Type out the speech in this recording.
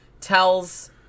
Tells